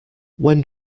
when